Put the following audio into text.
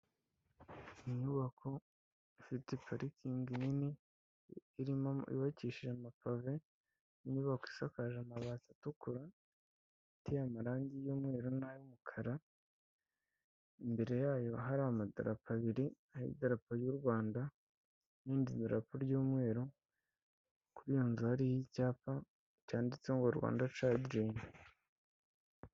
Inyubako ifite parikingi nini irimo yubakishije amapave ininyubako isakaje amabati atukura ateye amarangi y'umweru n'ay'umukara imbere yayo hari amadarapo abiri ari idarapo ry'u Rwanda n'irindi darapo ry'umweru kuri iyo nzu hari icyapa cyanditseho ngo Rwanda cidireni.